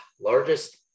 largest